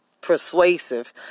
persuasive